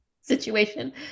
situation